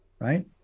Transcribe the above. right